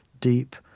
deep